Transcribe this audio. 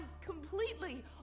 completely